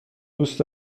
دوست